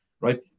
right